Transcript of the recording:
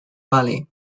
valley